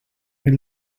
mil